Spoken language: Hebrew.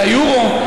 ליורו,